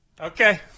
Okay